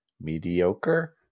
mediocre